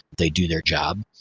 they do their job,